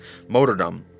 Motordom